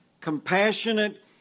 compassionate